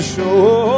Show